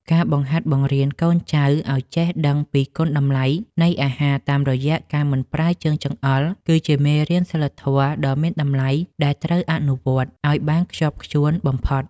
ការបង្ហាត់បង្រៀនកូនចៅឱ្យចេះដឹងពីគុណតម្លៃនៃអាហារតាមរយៈការមិនប្រើជើងចង្អុលគឺជាមេរៀនសីលធម៌ដ៏មានតម្លៃដែលត្រូវអនុវត្តឱ្យបានខ្ជាប់ខ្ជួនបំផុត។